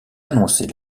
annoncée